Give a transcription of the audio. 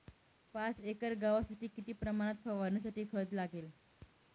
पाच एकर गव्हासाठी किती प्रमाणात फवारणीसाठी खत लागेल?